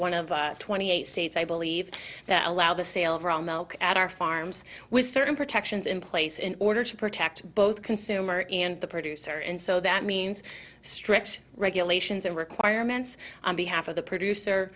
one of the twenty eight states i believe that allow the sale of raw milk at our farms with certain protections in place in order to protect both consumer and the producer and so that means strict regulations and requirements on behalf of the producer